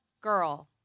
girl